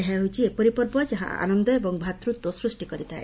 ଏହା ହେଉଛି ଏପରି ପର୍ବ ଯାହା ଆନନ୍ଦ ଏବଂ ଭ୍ରାତୃତ୍ୱ ସୃଷ୍ଟି କରିଥାଏ